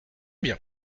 bien